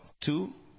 Two